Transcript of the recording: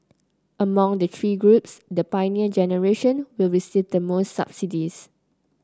among the three groups the Pioneer Generation will receive the most subsidies